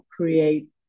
create